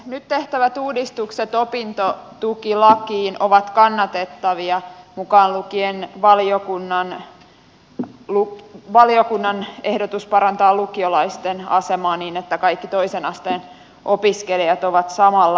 nyt tehtävät uudistukset opintotukilakiin ovat kannatettavia mukaan lukien valiokunnan ehdotus parantaa lukiolaisten asemaa niin että kaikki toisen asteen opiskelijat ovat samalla viivalla